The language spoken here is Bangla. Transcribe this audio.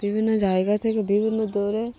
বিভিন্ন জায়গা থেকে বিভিন্ন দূরে